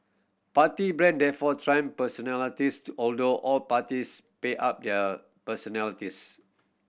party brand therefore trump personalities to although all parties pay up their personalities